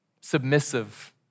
submissive